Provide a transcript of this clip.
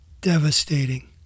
devastating